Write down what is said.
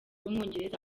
w’umwongereza